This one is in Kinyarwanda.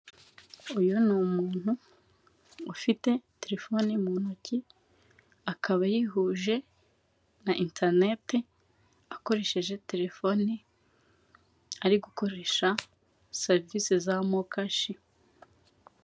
Uyu ni umuntu ufite telefone mu ntoki akaba yihuje na internet akoresheje telephone arigukoresha serivise za Mokash.,,